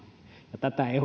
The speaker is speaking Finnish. tätä ei